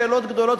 שאלות גדולות,